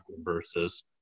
versus